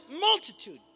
multitude